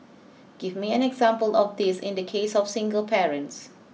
give me an example of this in the case of single parents